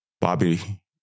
Bobby